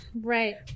Right